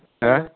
हो